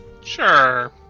sure